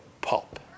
pulp